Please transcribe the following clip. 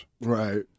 Right